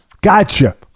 Gotcha